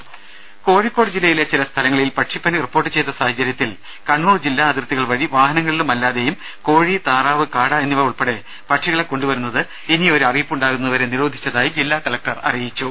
ദേദ കോഴിക്കോട് ജില്ലയിലെ ചില സ്ഥലങ്ങളിൽ പക്ഷിപ്പനി റിപ്പോർട്ട് ചെയ്ത സാഹചര്യത്തിൽ കണ്ണൂർ ജില്ലാ അതിർത്തികൾ വഴി വാഹനങ്ങളിലും അല്ലാതെയും കോഴി താറാവ് കാട എന്നിവ ഉൾപ്പെടെ പക്ഷികളെ കൊണ്ടുവരുന്നത് ഇനി ഒരറിയിപ്പുണ്ടാകു ന്നതുവരെ നിരോധിച്ചതായി ജില്ലാ കല്കടർ അറിയിച്ചു